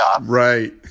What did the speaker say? Right